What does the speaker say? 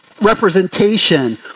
representation